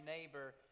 neighbor